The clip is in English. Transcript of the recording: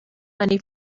money